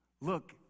Look